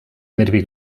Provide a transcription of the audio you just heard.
nervi